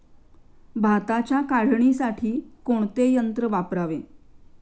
भाताच्या काढणीसाठी कोणते यंत्र वापरावे?